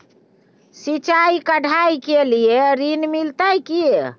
सिलाई, कढ़ाई के लिए ऋण मिलते की?